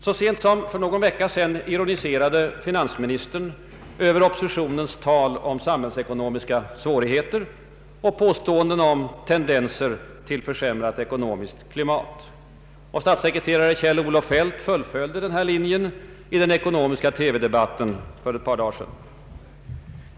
Så sent som för någon vecka sedan ironiserade finansministern över oppositionens tal om samhällsekonomiska svårigheter och påståenden om tendenser till försämrat ekonomiskt klimat. Statssekreterare Kjell-Olof Feldt fullföljde denna linje i den ekonomiska TV-debatten för ett par dagar sedan.